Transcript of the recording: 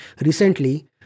Recently